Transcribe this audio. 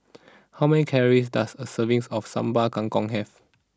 how many calories does a servings of Sambal Kangkong have